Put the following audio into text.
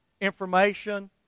information